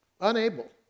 unable